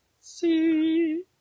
see